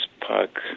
park